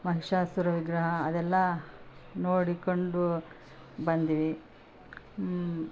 ಮಹಿಷಾಸುರ ವಿಗ್ರಹ ಅದೆಲ್ಲ ನೋಡಿಕೊಂಡು ಬಂದ್ವಿ